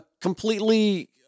Completely